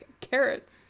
carrots